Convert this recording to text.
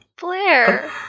Blair